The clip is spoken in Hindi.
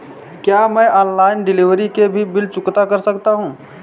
क्या मैं ऑनलाइन डिलीवरी के भी बिल चुकता कर सकता हूँ?